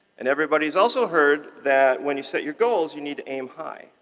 and everybody's also heard that when you set your goals, you need to aim high.